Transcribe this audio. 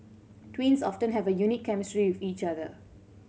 twins often have a unique chemistry with each other